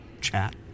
chat